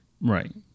Right